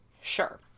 Sure